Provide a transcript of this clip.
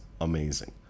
amazing